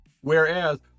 whereas